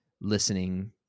listening